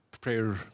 prayer